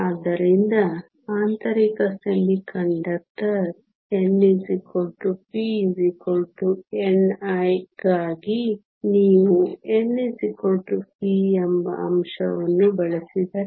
ಆದ್ದರಿಂದ ಆಂತರಿಕ ಅರೆವಾಹಕ n p ni ಗಾಗಿ ನೀವು n p ಎಂಬ ಅಂಶವನ್ನು ಬಳಸಿದರೆ